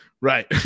Right